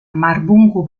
marbungu